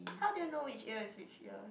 how do you know which ear is which ear